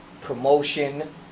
promotion